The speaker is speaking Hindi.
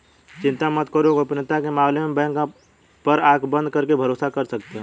चिंता मत करो, गोपनीयता के मामले में बैंक पर आँख बंद करके भरोसा कर सकते हो